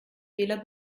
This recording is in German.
fehler